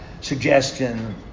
suggestion